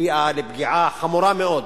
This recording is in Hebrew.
הביאה לפגיעה חמורה מאוד